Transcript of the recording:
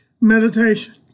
meditation